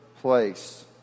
place